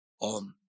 on